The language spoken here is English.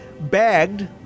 Bagged